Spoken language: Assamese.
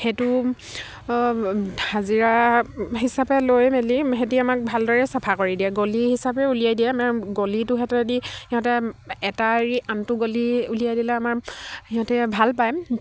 সেইটো হাজিৰা হিচাপে লৈ মেলি সিহঁতে আমাক ভালদৰে চাফা কৰি দিয়ে গলি হিচাপে উলিয়াই দিয়ে আমাৰ গলিটোহঁতেদি সিহঁতে এটা এৰি আনটো গলি উলিয়াই দিলে আমাৰ সিহঁতে ভাল পায়